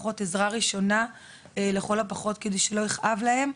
עזרה ראשונה לכל הפחות כדי שלא יכאב להם,